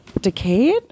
decayed